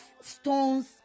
stones